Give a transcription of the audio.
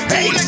Hey